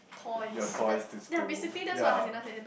your toys to school ya